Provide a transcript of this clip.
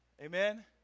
Amen